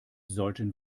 sollten